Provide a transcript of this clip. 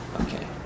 Okay